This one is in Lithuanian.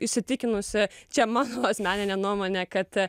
įsitikinusi čia mano asmenine nuomone kad